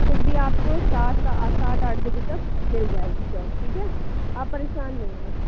फिर भी आपको सात सात आठ बजे तक मिल जाएगी शर्ट ठीक है आप परेशान नहीं होना